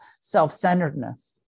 self-centeredness